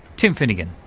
tim finnigan.